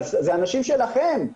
זה אנשים שלכם.